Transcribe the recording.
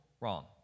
wrong